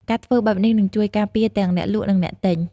ការធ្វើបែបនេះនឹងជួយការពារទាំងអ្នកលក់និងអ្នកទិញ។